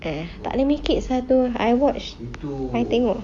uh tak boleh make it satu I watch I tengok